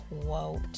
quote